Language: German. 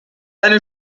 eine